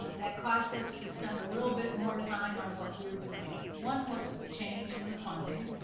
that caused us to spend a little bit more time on what we were doing. one was the change in the funding.